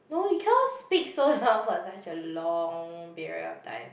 no you cannot speak so loud for such a long period of time